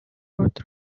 road